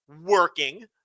working